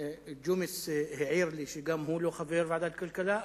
ג'ומס העיר לי שגם הוא לא חבר ועדת הכלכלה.